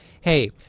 hey